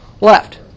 Left